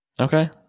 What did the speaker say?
okay